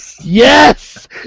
Yes